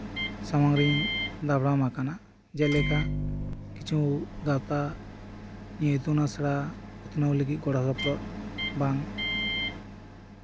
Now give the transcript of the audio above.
ᱥᱟᱢᱟᱝ ᱨᱤᱧ ᱫᱟᱯᱨᱟᱢ ᱟᱠᱟᱱᱟ ᱡᱮᱞᱮᱠᱟ ᱠᱤᱪᱷᱩ ᱜᱟᱶᱛᱟ ᱤᱛᱩᱱ ᱟᱥᱲᱟ ᱩᱛᱱᱟᱹᱣ ᱜᱚᱲᱚᱼᱜᱚᱯᱚᱲᱚ ᱵᱟᱝ